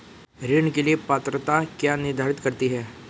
ऋण के लिए पात्रता क्या निर्धारित करती है?